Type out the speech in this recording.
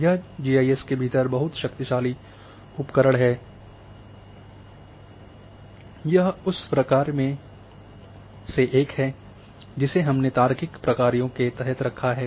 यह G I S के भीतर बहुत शक्तिशाली उपकरण है यह उस प्रकार्य में से एक है जिसे हमने तार्किक प्रकार्यों के तहत रखा है